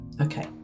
Okay